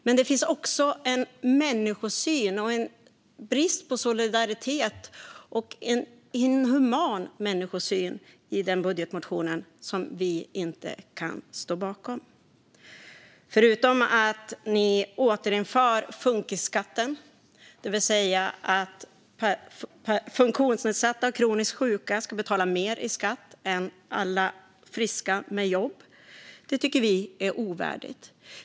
Men det finns också en inhuman människosyn och en brist på solidaritet i den budgetmotionen, som vi inte kan stå bakom. Ni återinför funkisskatten, det vill säga att funktionsnedsatta och kroniskt sjuka ska betala mer i skatt än alla friska med jobb. Det tycker vi är ovärdigt.